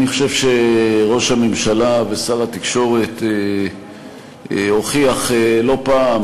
אני חושב שראש הממשלה ושר התקשורת הוכיח לא פעם,